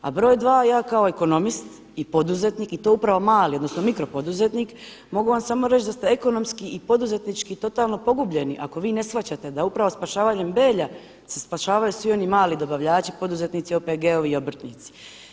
A broj 2., ja kao ekonomist i poduzetnik i to upravo mali, odnosno mikro poduzetnik mogu vam samo reći da ste ekonomski i poduzetnički totalno pogubljeni ako vi ne shvaćate da upravo spašavanjem Belja se spašavaju svi oni mali dobavljači, poduzetnici, OPG-ovi i obrtnici.